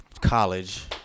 college